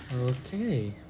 Okay